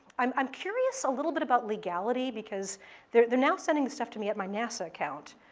i'm i'm curious a little bit about legality because they're they're now sending the stuff to me at my nasa account,